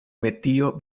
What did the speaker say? metio